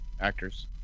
actors